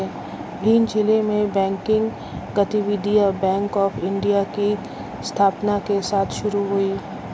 भिंड जिले में बैंकिंग गतिविधियां बैंक ऑफ़ इंडिया की स्थापना के साथ शुरू हुई